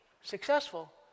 successful